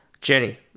Jenny